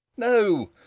no,